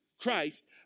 Christ